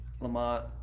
Lamont